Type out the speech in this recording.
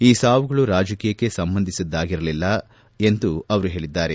ಈ ಸಾವುಗಳು ರಾಜಕೀಯಕ್ಕೆ ಸಂಬಂಧಿಸಿದ್ದಾಗಿರಲಿಲ್ಲ ಎಂದು ಅವರು ಹೇಳಿದ್ದಾರೆ